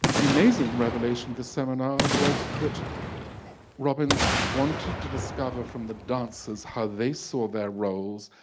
the amazing the revelation the seminar was that robbins wanted to discover from the dancers how they saw their roles